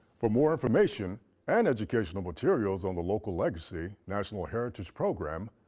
for more information and educational materials on the local legacy national heritage program,